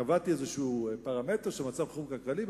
קבעתי איזה פרמטר של מצב חירום כלכלי,